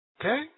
Okay